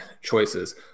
choices